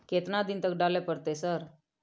केतना दिन तक डालय परतै सर?